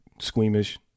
squeamish